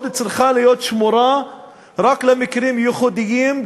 צריכה להיות שמורה רק למקרים ייחודיים,